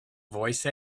voice